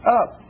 up